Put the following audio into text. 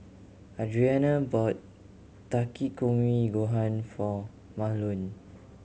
Adriana bought Takikomi Gohan for Mahlon